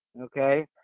okay